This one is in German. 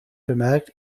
bemerkt